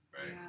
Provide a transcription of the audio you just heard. Right